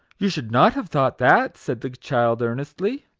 you should not have thought that, said the child, earnestly